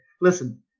Listen